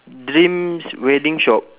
dreams wedding shop